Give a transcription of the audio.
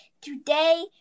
Today